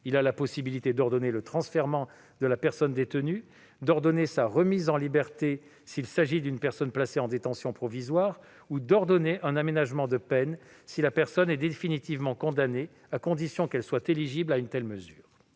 Il a la possibilité d'ordonner le transfèrement de la personne détenue, d'ordonner sa remise en liberté s'il s'agit d'une personne placée en détention provisoire ou d'ordonner un aménagement de peine si la personne est définitivement condamnée, à condition qu'elle soit éligible à une telle mesure.